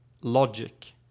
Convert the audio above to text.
logic